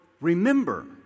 remember